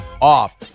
off